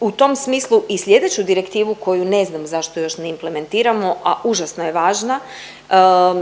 u tom smislu i slijedeću direktivu koju ne znam zašto još nije implementirano, a užasno je važna